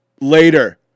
Later